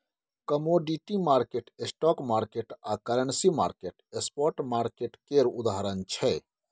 commodity market, stock market आ currency market spot market केर उदाहरण छै